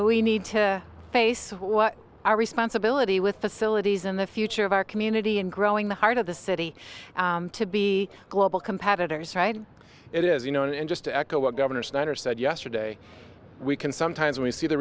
how we need to face what our responsibility with facilities and the future of our community and growing the heart of the city to be global competitors right it is you know and just to echo what governor snyder said yesterday we can sometimes we see the